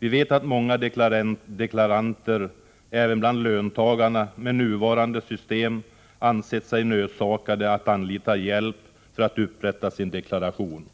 Vi vet att många deklaranter — även bland löntagarna — med nuvarande system har ansett sig nödsakade att anlita hjälp för att upprätta sin deklaration.